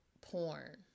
porn